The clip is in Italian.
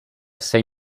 sei